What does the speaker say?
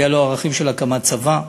היו לו ערכים של הקמת צבא,